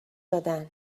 دادن